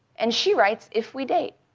and she writes, if we date.